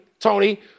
Tony